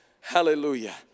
Hallelujah